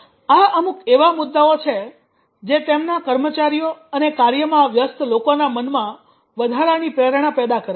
આ અમુક એવા મુદ્દાઓ છે જે તેમના કર્મચારીઓ અને કાર્યમાં વ્યસ્ત લોકોના મનમાં વધારાની પ્રેરણા પેદા કરે છે